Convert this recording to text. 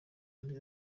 ari